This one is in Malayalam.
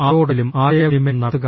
ആരോടെങ്കിലും ആശയവിനിമയം നടത്തുക